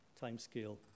timescale